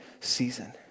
season